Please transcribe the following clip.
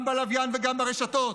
גם בלוויין וגם ברשתות.